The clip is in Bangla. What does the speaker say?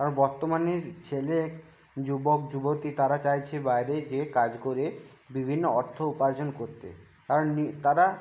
কারণ বর্তমানের ছেলে যুবক যুবতী তারা চাইছে বাইরে যেয়ে কাজ করে বিভিন্ন অর্থ উপার্জন করতে কারণ কি তারা